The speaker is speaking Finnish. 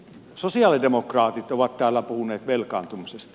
sosialidemokraatit ovat täällä puhuneet velkaantumisesta